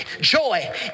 Joy